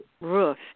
roof